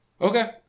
Okay